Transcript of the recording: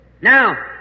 Now